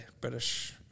British